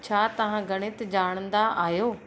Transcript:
छा तव्हां गणित ॼाणंदा आहियो